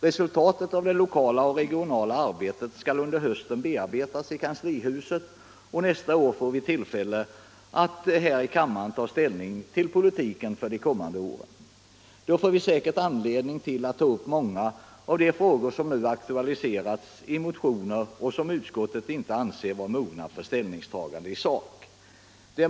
Resultatet av det lokala och regionala arbetet skall under hösten bearbetas i kanslihuset, och nästa år får vi tillfälle att här i kammaren ta ställning till politiken för de kommande åren. Då får vi säkert anledning att ta upp många av de frågor som aktualiserats i motioner, vilka utskottet inte anser nu är mogna för ett ställningstagande i sak.